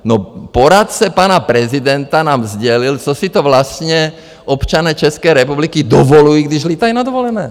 No poradce pana prezidenta nám sdělil, co si to vlastně občané České republiky dovolují, když lítají na dovolené.